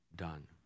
Done